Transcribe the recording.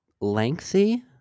lengthy